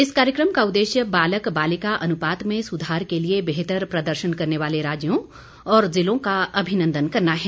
इस कार्यक्रम का उद्देश्य बालक बालिका अनुपात में सुधार के लिए बेहतर प्रदर्शन करने वाले राज्यों और जिलों का अभिनंदन करना है